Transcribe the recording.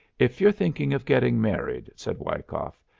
if you're thinking of getting married, said wyckoff,